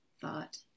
thought